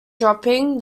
dropping